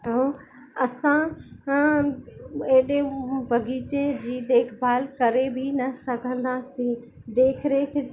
ऐं असां एॾे बाग़ीचे जी देखभालु करे बि न सघंदासी देखरेख